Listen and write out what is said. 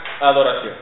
adoración